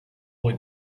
would